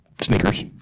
Sneakers